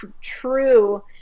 true